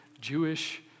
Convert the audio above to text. Jewish